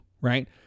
Right